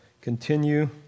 continue